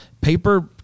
paper